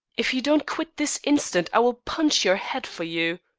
if you don't quit this instant i will punch your head for you.